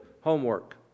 Homework